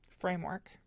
framework